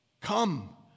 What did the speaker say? Come